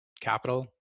capital